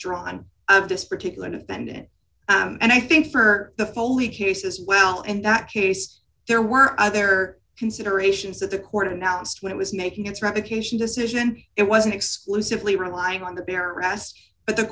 drawn on this particular defendant and i think for the foley case as well and that case there were other considerations that the court announced when it was making its replication decision it wasn't exclusively relying on the bear arrest but the